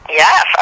yes